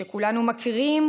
שכולנו מכירים,